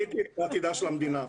היא קריטית לעתידה של המדינה.